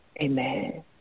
amen